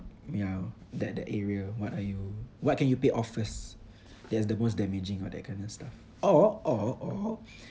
ya that that area what are you what can you pay off first that's the most damaging or that kind of stuff or or or